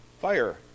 fire